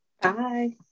Bye